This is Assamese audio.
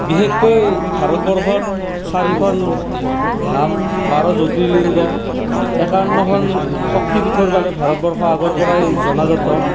বিশেষকৈ ভাৰতবৰ্ষত চাৰিখন ধাম বাৰ জ্যোতিৰ লিংগ একাৱন্নখন শক্তি পীঠৰ কাৰণে ভাৰতবৰ্ষ আগৰ পৰাই জনাজাত